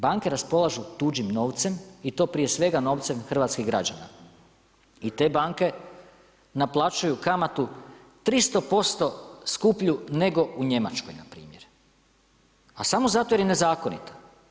Banke raspolažu tuđim novcem i to prije svega novcem hrvatskih građana i te banke naplaćuju kamatu 300% skuplju nego u Njemačkoj npr. a samo zato jer je nezakonita.